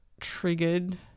triggered